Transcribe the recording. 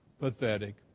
Pathetic